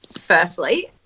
firstly